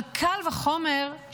אבל קל וחומר,